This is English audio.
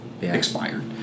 expired